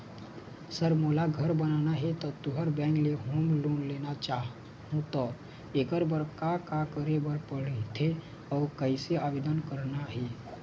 Sir मोला घर बनाना हे ता तुंहर बैंक ले होम लोन लेना चाहूँ ता एकर बर का का करे बर पड़थे अउ कइसे आवेदन करना हे?